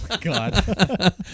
God